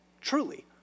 truly